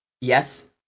yes